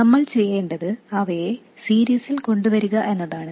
നമ്മൾ ചെയ്യേണ്ടത് അവയെ സീരീസിൽ കൊണ്ടുവരിക എന്നതാണ്